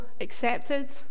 accepted